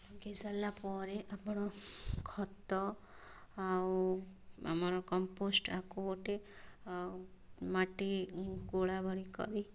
ଲଗେଇ ସାରିଲାପରେ ଆପଣ ଖତ ଆଉ ଆମର କମ୍ପୋଷ୍ଟ ଆକୁ ଗୋଟେ ଆଉ ମାଟି ଗୁଳା ଭଳି କରି